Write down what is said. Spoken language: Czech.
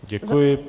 Děkuji.